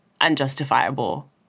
unjustifiable